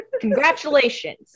Congratulations